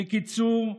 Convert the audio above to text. ובקיצור,